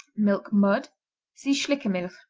milk mud see schlickermilch.